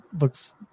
looks